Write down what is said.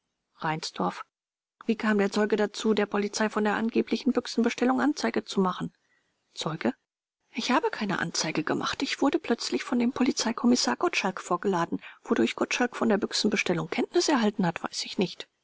reinsdorf wie kam der zeuge dazu der polizei von der angeblichen büchsenbestellung anzeige zu machen zeuge ich habe keine anzeige gemacht ich wurde plötzlich von dem polizeikommissar gottschalk vorgeladen wodurch gottschalk von der büchsenbestellung kenntnis erhalten hat weiß ich nicht